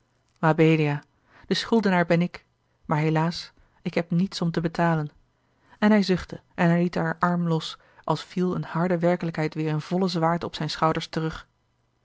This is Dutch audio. mabelia de schuldenaar ben ik maar helaas ik heb niets om te betalen en hij zuchtte en hij liet haar arm los als viel eene harde werkelijkheid weêr in volle zwaarte op zijne schouders terug